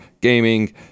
gaming